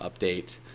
update